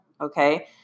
okay